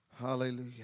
Hallelujah